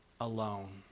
alone